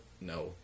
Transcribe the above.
no